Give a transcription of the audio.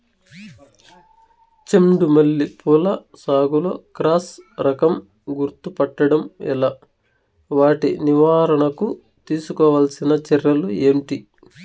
చెండు మల్లి పూల సాగులో క్రాస్ రకం గుర్తుపట్టడం ఎలా? వాటి నివారణకు తీసుకోవాల్సిన చర్యలు ఏంటి?